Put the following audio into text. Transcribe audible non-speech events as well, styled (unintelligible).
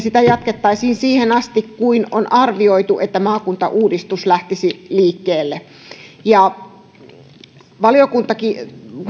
(unintelligible) sitä jatkettaisiin siihen asti kun on arvioitu että maakuntauudistus lähtisi liikkeelle valiokuntakin